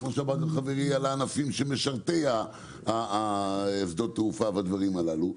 כמו שאמר כאן חברי על הענפים שהם משרתי שדות התעופה והדברים הללו.